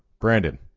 Brandon